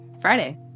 Friday